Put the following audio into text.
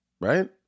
Right